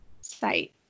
site